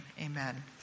Amen